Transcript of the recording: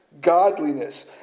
Godliness